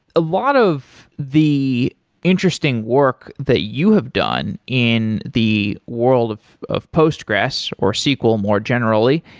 a lot of the interesting work that you have done in the world of of postgres, or sql more generally,